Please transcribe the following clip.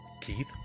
Keith